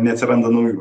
neatsiranda naujų